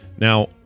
Now